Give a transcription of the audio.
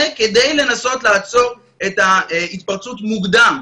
כדי לנסות לעצור את ההתפרצות מוקדם.